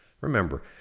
Remember